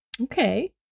okay